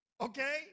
Okay